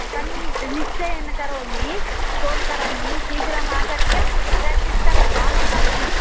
सन् निश्चयेन करोमि फोन् करोमि शीग्रमागत्य प्राक्टीस् करोतु अहमस्मि